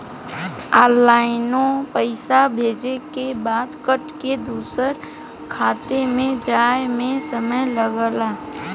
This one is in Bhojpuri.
ऑनलाइनो पइसा भेजे के बाद कट के दूसर खाते मे जाए मे समय लगला